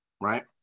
right